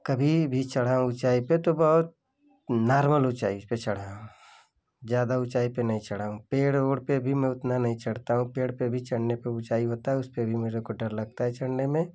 कभी भी चढ़ा ऊँचाई पर तो बहुत नॉर्मल ऊँचाई पर चढ़ा हूँ ज़्यादा ऊँचाई पर नहीं चढ़ा हूँ पेड़ ओर पर भी मैं उतना नहीं चढ़ता हूँ पेड़ पर भी चढ़ने पे ऊँचाई होता है उसपे भी मेरे को डर लगता है चढ़ने में